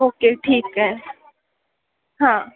okay ठीक आहे हां